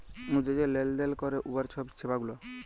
মুদ্রা যে লেলদেল ক্যরে উয়ার ছব সেবা গুলা